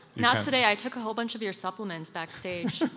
not today, i took a whole bunch of your supplements backstage